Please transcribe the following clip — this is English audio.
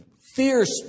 fierce